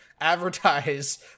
advertise